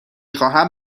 خواهم